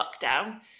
lockdown